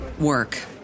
work